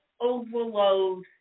overload